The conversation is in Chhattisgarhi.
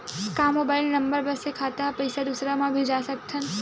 का मोबाइल नंबर बस से खाता से पईसा दूसरा मा भेज सकथन?